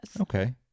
Okay